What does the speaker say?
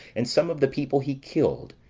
and some of the people he killed,